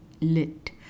Lit